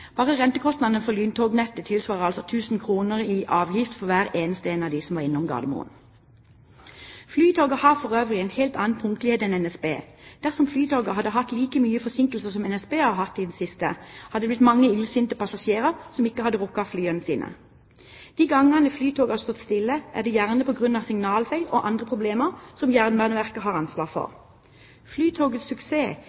Bare rentekostnadene for lyntognettet tilsvarer altså 1 000 kr i avgift for hver eneste passasjer som var innom Gardermoen. Flytoget har for øvrig en helt annen punktlighet enn NSB. Dersom Flytoget hadde hatt like mye forsinkelser som NSB har hatt i det siste, hadde det blitt mange illsinte passasjerer som ikke hadde rukket flyene sine. De gangene Flytoget har stått stille, er det gjerne på grunn av signalfeil og andre problemer, som Jernbaneverket har ansvar